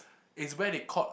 is where they caught